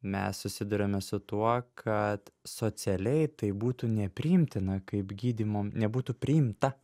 mes susiduriame su tuo kad socialiai tai būtų nepriimtina kaip gydymo nebūtų priimta